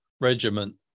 regiment